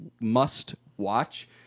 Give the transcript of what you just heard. must-watch